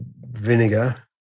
vinegar